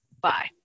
Bye